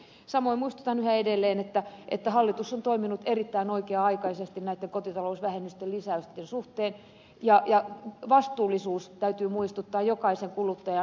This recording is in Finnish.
samoin muistutan yhä edelleen että hallitus on toiminut erittäin oikea aikaisesti näitten kotitalousvähennysten lisäysten suhteen ja vastuullisuudesta täytyy muistuttaa jokaista kuluttajaa